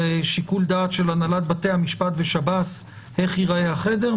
זה שיקול דעת של הנהלת בתי המשפט ושב"ס איך ייראה החדר?